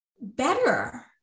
better